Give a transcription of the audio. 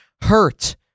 hurt